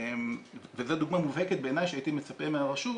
וזו דוגמה מובהקת בעיניי שהייתי מצפה מהרשות